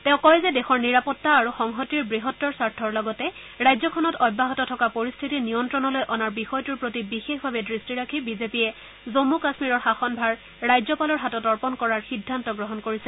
তেওঁ কয় যে দেশৰ নিৰাপত্তা আৰু সংহতিৰ বৃহত্তৰ স্বাৰ্থৰ লগতে ৰাজ্যখনত অব্যাহত থকা পৰিস্থিতি নিয়ন্ত্ৰণলৈ অনাৰ বিষয়টোৰ প্ৰতি বিশেষভাৱে দৃষ্টি ৰাখি বিজেপিয়ে জম্মু কাশ্মীৰৰ শাসনভাৰ ৰাজ্যপালৰ হাতত অৰ্পণ কৰাৰ সিদ্ধান্ত গ্ৰহণ কৰিছে